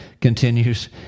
continues